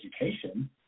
education